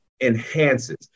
enhances